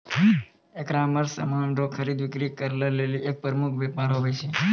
ecommerce समान रो खरीद बिक्री करै लेली एक प्रमुख वेपार हुवै छै